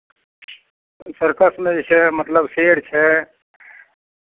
सर्कसमे जे छै मतलब शेर छै